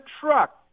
truck